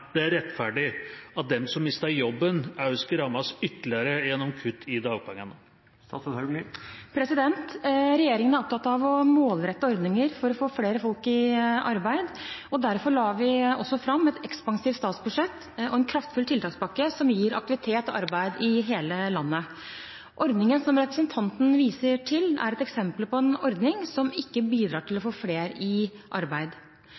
det er rettferdig at de som mister jobben, også skal rammes ytterligere gjennom kutt i dagpengene?» Regjeringen er opptatt av å målrette ordninger for å få flere folk i arbeid. Derfor la vi også fram et ekspansivt statsbudsjett og en kraftfull tiltakspakke som gir aktivitet og arbeid i hele landet. Ordningen som representanten viser til, er et eksempel på en ordning som ikke bidrar til å få flere i arbeid.